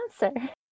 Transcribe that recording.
answer